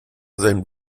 seinen